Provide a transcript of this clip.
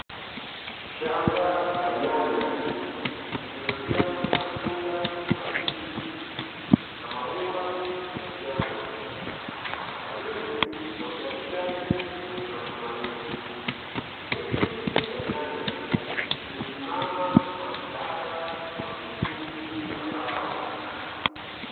Shamba la nyanya lililojaa matunda mabichi na maua ya njano dalili ya uzalishaji wenye matumaini, miti ya nyanya imesimama kwa msaada wa vigimbi vya mbao.